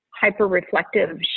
hyper-reflective